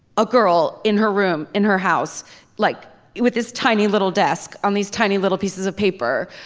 a girl in her room in her house like it with this tiny little desk on these tiny little pieces of paper.